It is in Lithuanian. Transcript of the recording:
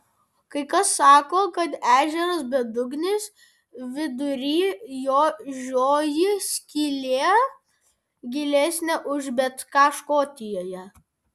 kai kas sako kad ežeras bedugnis vidury jo žioji skylė gilesnė už bet ką škotijoje